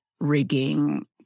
rigging